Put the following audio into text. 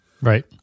right